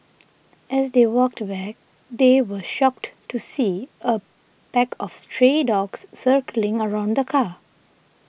as they walked back they were shocked to see a pack of stray dogs circling around the car